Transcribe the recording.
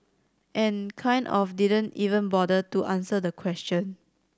and kind of didn't even bother to answer the question